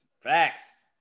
facts